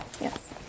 Yes